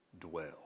dwell